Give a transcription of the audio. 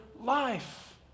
life